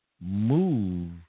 move